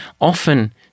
often